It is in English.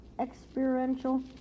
Experiential